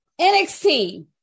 NXT